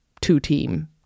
two-team